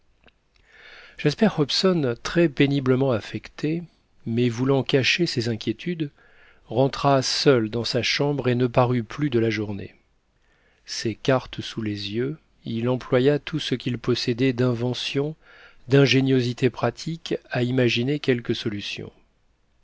jasper hobson très péniblement affecté mais voulant cacher ses inquiétudes rentra seul dans sa chambre et ne parut plus de la journée ses cartes sous les yeux il employa tout ce qu'il possédait d'invention d'ingéniosité pratique à imaginer quelque solution